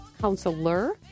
counselor